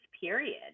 period